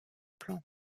plan